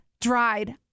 dried